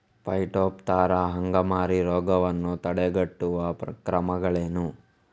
Phytophthora ಅಂಗಮಾರಿ ರೋಗವನ್ನು ತಡೆಗಟ್ಟುವ ಕ್ರಮಗಳೇನು?